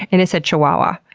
and it said chihuahua.